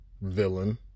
villain